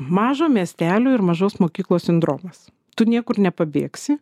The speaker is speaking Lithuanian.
mažo miestelio ir mažos mokyklos sindromas tu niekur nepabėgsi